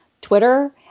Twitter